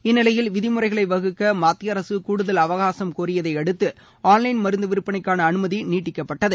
இந்நிலையில் விதிமுறைகளை வகுக்க மத்திய அரசு கூடுதல் அவகாசும் கோரியதை அடுத்து ஆன்லைன் மருந்து விற்பனைக்கான அனுமதி நீட்டிக்கப்பட்டது